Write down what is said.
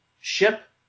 ship